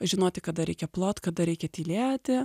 žinoti kada reikia plot kada reikia tylėti